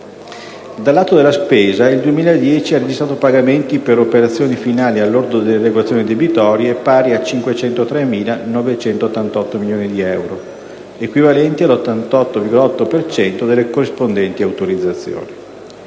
Dal lato della spesa, il 2010 ha registrato pagamenti per operazioni finali al lordo delle regolazioni debitorie pari a 503.988 milioni di euro, equivalenti all'88,8 per cento delle corrispondenti autorizzazioni.